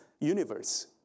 universe